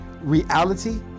reality